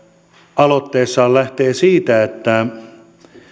aloitteessaan lähtee siitä että